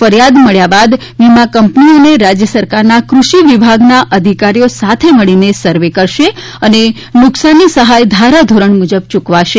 ફરિયાદ મળ્યા બાદ વીમા કંપની અને રાજ્ય સરકારના ક્રષિ વિભાગના અધિકારીઓ સાથે મળી સર્વે કરશે અને નુકસાની સહાય ધારા ધોરણો મુજબ યૂકવાશે